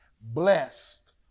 Blessed